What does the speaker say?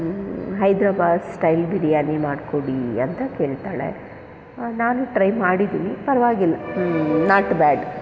Hyderabad style biryani ಮಾಡಿಕೊಡಿ ಅಂತ ಕೇಳ್ತಾಳೆ ನಾನೂ ಟ್ರೈ ಮಾಡಿದ್ದೀನಿ ಪರವಾಗಿಲ್ಲ ನಾಟ್ ಬ್ಯಾಡ್